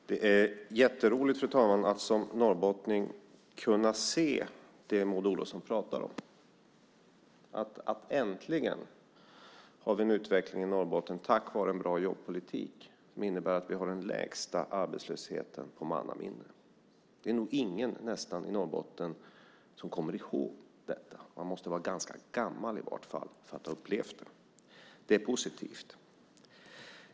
Fru talman! Det är jätteroligt att som norrbottning kunna se det Maud Olofsson talar om. Äntligen har vi en utveckling i Norrbotten, tack vare en bra jobbpolitik, som innebär att vi har den lägsta arbetslösheten i mannaminne. Det är nog nästan ingen i Norrbotten som kommer ihåg detta; man måste i varje fall vara ganska gammal för att ha upplevt det. Det är positivt.